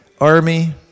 army